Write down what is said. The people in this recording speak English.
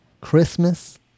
Christmas